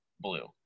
blue